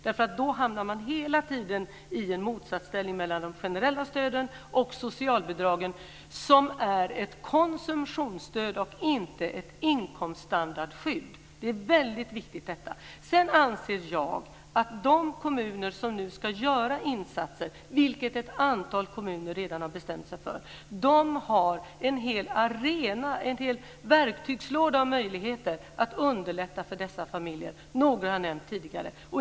Då hamnar man hela tiden i en motsatsställning mellan de generella stöden och socialbidragen som är ett konsumtionsstöd och inte ett inkomststandardskydd. Detta är väldigt viktigt. Sedan anser jag att de kommuner som nu ska göra insatser, vilket ett antal kommuner redan har bestämt sig för, har en hel verktygslåda av möjligheter att underlätta för dessa familjer. Jag har nämnt några tidigare.